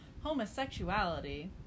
homosexuality